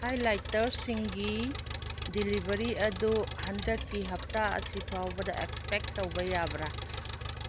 ꯍꯥꯏ ꯂꯥꯏꯇꯔꯁꯤꯡꯒꯤ ꯗꯤꯂꯤꯕꯔꯤ ꯑꯗꯨ ꯍꯟꯗꯛꯀꯤ ꯍꯞꯇꯥ ꯑꯁꯤ ꯐꯥꯎꯕꯗ ꯑꯦꯛꯁꯄꯦꯛ ꯇꯧꯕ ꯌꯥꯕꯔꯥ